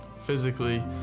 physically